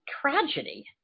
tragedy